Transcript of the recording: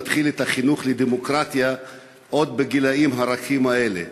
להתחיל את החינוך לדמוקרטיה עוד בגילים הרכים האלה,